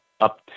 up